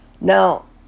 Now